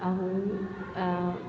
ऐं